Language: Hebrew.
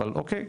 אבל אוקי,